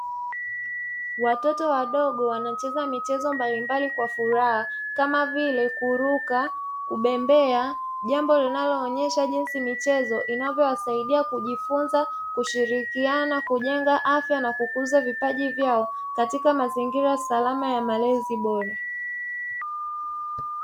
Watoto wadogo wanacheza michezo mbalimbali kwa furaha kama vile kuruka, kubembea jambo linaloonyesha jinsi michezo inavyowasaidia kujifunza kushirikiana kujenga afya na kukuza vipaji vyao katika mazingira salama ya malezi bora.